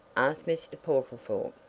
asked mr. portlethorpe.